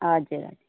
हजुर हजुर